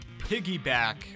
piggyback